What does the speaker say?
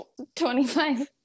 25